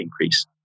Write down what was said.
increase